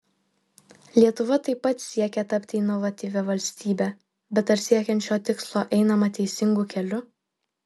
lietuva taip pat siekia tapti inovatyvia valstybe bet ar siekiant šio tikslo einama teisingu keliu